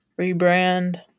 rebrand